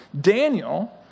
Daniel